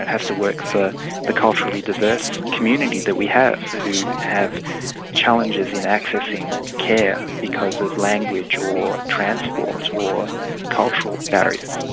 and has to work for the culturally diverse community that we have who have challenges in accessing care because of language or transport or cultural barriers.